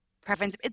preference